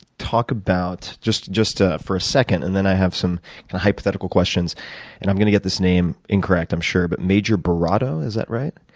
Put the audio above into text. talk about, just just ah for a second and then i have some hypothetical questions and i'm going to get this name incorrect, i'm sure but major burrado, is that right?